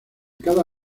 cada